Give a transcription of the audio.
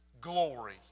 glory